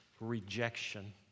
rejection